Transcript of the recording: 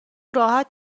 راحت